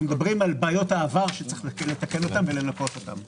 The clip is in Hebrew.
אנחנו מדברים על בעיות העבר שצריך לתקן אותן ולנקות אותן.